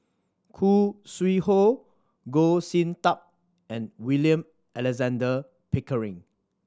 Khoo Sui Hoe Goh Sin Tub and William Alexander Pickering